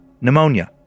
Pneumonia